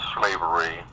Slavery